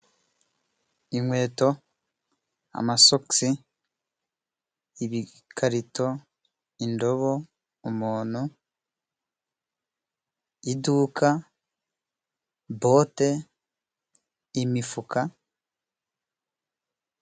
Inkweto, amasogisi, ibikarito, indobo, umuntu, iduka, bote, imifuka.